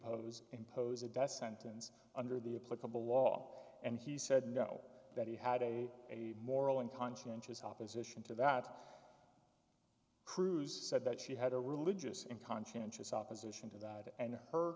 pose impose a best sentence under the a political law and he said no but he had a moral and conscientious opposition to that cruise said that she had a religious and conscientious opposition to that and her